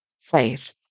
faith